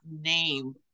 name